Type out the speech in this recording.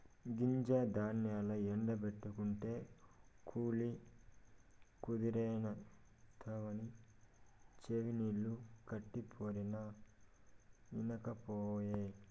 గింజ ధాన్యాల్ల ఎండ బెట్టకుంటే కుళ్ళి కుదేలైతవని చెవినిల్లు కట్టిపోరినా ఇనకపాయె